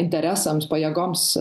interesams pajėgoms